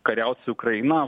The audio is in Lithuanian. kariaut su ukraina